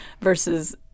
versus